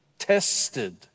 tested